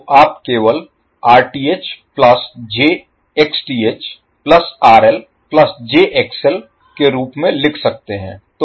तो आप केवल Rth plus j XTh Plus RL plus j XL के रूप में लिख सकते हैं